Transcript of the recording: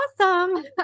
Awesome